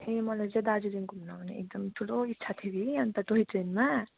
ए मलाई चाहिँ दार्जिलिङ घुम्नु आउने एकदम ठुलो इच्छा थियो कि अन्त टोयट्रेनमा